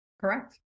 Correct